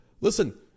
listen